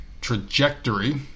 trajectory